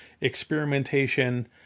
experimentation